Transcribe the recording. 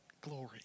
glory